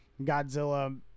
Godzilla